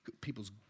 people's